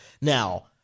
Now